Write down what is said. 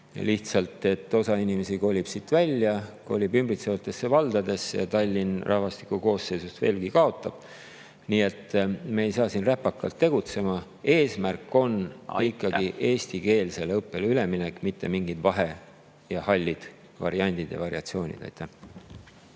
lihtsalt osa inimesi kolib Tallinnast ära, kolib ümbritsevatesse valdadesse ja Tallinn oma rahvastiku koosseisus veelgi kaotab. Nii et me ei saa siin räpakalt tegutseda. Eesmärk on ikkagi eestikeelsele õppele üleminek, mitte mingid hallid vahevariandid ja variatsioonid.